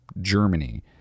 Germany